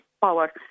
power